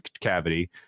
cavity